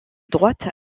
droite